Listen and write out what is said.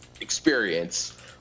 experience